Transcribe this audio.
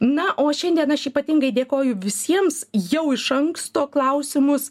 na o šiandien aš ypatingai dėkoju visiems jau iš anksto klausimus